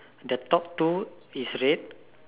the top two is red